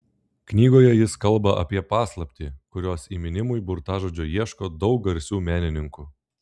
knygoje jis kalba apie paslaptį kurios įminimui burtažodžio ieško daug garsių menininkų